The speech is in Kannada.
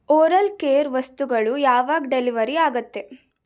ಓರಲ್ ಕೇರ್ ವಸ್ತುಗಳು ಯಾವಾಗ ಡೆಲಿವರಿ ಆಗತ್ತೆ